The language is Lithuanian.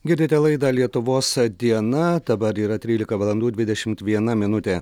girdite laidą lietuvos diena dabar yra trylika valandų dvidešimt viena minutė